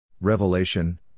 Revelation